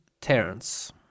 Terence